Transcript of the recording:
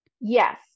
Yes